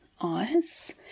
eyes